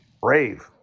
brave